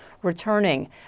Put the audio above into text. returning